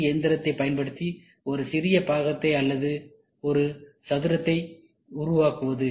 C இயந்திரத்தை பயன்படுத்தி ஒரு சிறிய பாகத்தை அல்லது ஒரு சதுரத்தை உஉருவாக்குவது